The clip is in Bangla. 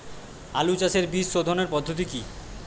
আলু চাষের বীজ সোধনের পদ্ধতি কি?